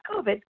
COVID